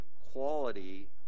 quality